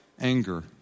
anger